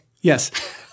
Yes